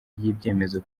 ry’ibyemezo